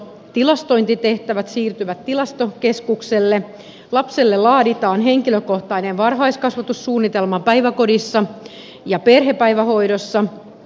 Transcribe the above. tilastointitehtävät siirtyvät tilastokeskukselle ja lapselle laaditaan henkilökohtainen var haiskasvatussuunnitelma päiväkodissa ja perhepäivähoidossa